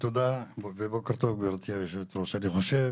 תודה ובוקר טוב, גברתי היושבת-ראש, אני חושב